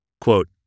Quote